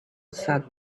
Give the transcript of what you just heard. sat